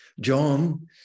John